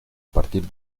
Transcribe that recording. partir